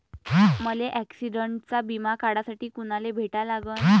मले ॲक्सिडंटचा बिमा काढासाठी कुनाले भेटा लागन?